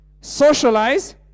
socialize